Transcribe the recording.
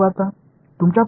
இன்னும் ஏதேனும் உள்ளதா